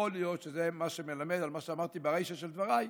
יכול להיות שזה מה שמלמד על מה שאמרתי ברישא של דבריי,